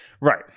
Right